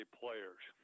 players